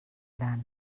gran